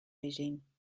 regime